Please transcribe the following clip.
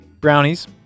brownies